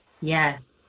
Yes